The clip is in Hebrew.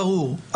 ברור,